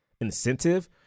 incentive